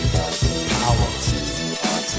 Power